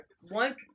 one